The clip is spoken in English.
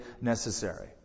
necessary